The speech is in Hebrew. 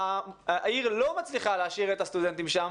העיר לא מצליחה להשאיר את הסטודנטים שם